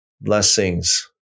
Blessings